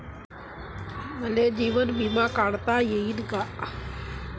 मले जीवन बिमा काढता येईन का?